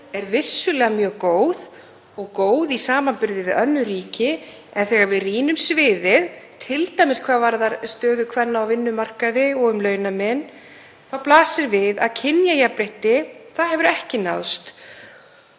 er vissulega mjög góð og góð í samanburði við önnur ríki. En þegar við rýnum sviðið, t.d. hvað varðar stöðu kvenna á vinnumarkaði og um launamun þá blasir við að kynjajafnrétti hefur ekki náðst.